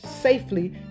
safely